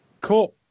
Cool